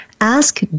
Ask